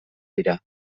dira